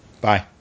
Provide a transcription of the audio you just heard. Bye